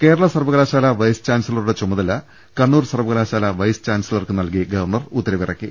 കേരള സർവ്വകലാശാല വൈസ് ചാൻസലറുടെ ചുമതല കണ്ണൂർ സർവ്വകലാശാല വൈസ് ചാൻസലർക്ക് നൽകി ഗവർണർ ഉത്തരവിറക്കി